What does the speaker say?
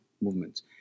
movements